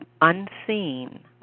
unseen